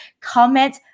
comment